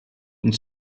und